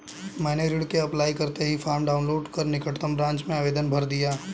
मैंने ऋण के अप्लाई करते ही फार्म डाऊनलोड कर निकटम ब्रांच में आवेदन भर दिया